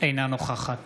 אינה נוכחת